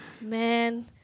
man